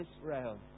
Israel